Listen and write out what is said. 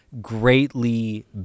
greatly